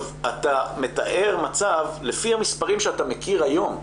אתה מתאר מצב, לפי המספרים שאתה מכיר היום,